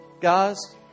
guys